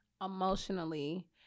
emotionally